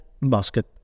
basket